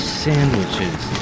sandwiches